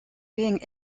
being